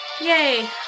Yay